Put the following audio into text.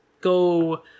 Go